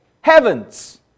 Heavens